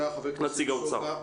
תודה, חבר הכנסת סובה.